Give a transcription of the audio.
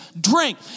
drink